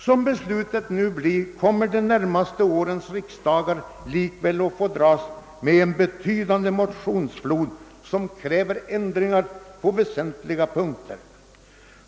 Såsom beslutet nu blir kommer de närmaste årens riksdagar likväl att få dras med en betydande flod av motioner med krav på ändringar på väsentliga punkter.